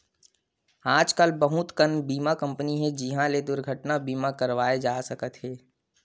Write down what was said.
आजकल बहुत कन बीमा कंपनी हे जिंहा ले दुरघटना बीमा करवाए जा सकत हे